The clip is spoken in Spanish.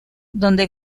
donde